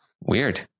Weird